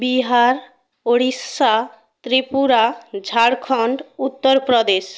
Bihar Orissa Tripura Jharkhand Uttar Pradesh